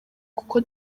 kuko